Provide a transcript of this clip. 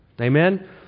Amen